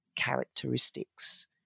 characteristics